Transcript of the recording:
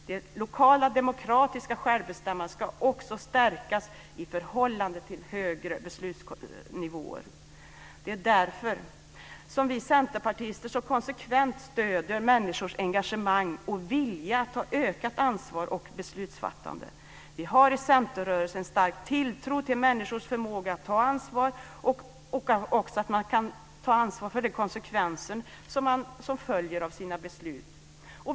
Det lokala, demokratiska självbestämmandet ska också stärkas i förhållande till högre beslutsnivåer. Det är därför som vi centerpartister så konsekvent stöder människors engagemang och vilja att ta ökat ansvar och delta i beslutsfattande. Vi har i Centerrörelsen en stark tilltro till människors förmåga att ta ansvar och att ta ansvar för de konsekvenser som följer av besluten.